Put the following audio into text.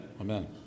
Amen